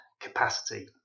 capacity